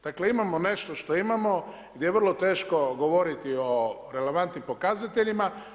Dakle, imamo nešto što imamo gdje vrlo teško govoriti o relevantnim pokazateljima.